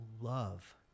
love